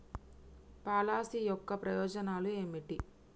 Policy యొక్క ప్రయోజనాలు ఏమిటి?